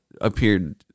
appeared